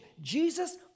Jesus